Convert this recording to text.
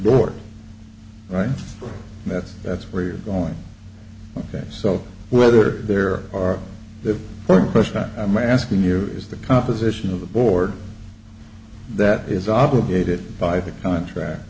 board right that's that's where you're going on that so whether there are the third question that i'm asking you is the composition of the board that is obligated by the contract